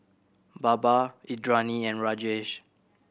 Baba Indranee and Rajesh